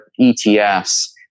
ETFs